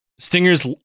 Stingers